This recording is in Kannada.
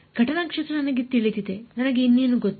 ಘಟನಾ ಕ್ಷೇತ್ರ ನನಗೆ ತಿಳಿದಿದೆ ನನಗೆ ಇನ್ನೇನು ಗೊತ್ತು